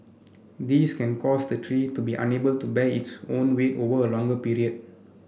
these can cause the tree to be unable to bear its own weight over a longer period